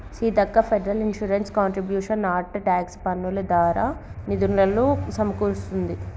Seethakka federal insurance contributions act tax పన్నులు దారా నిధులులు సమకూరుస్తుంది